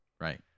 Right